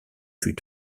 fut